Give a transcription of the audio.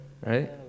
right